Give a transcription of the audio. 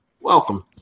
Welcome